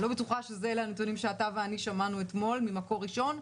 אני לא בטוחה שאלה הנתונים שאתה ואני שמענו אתמול ממקור ראשון,